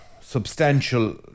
substantial